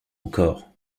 encore